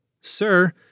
Sir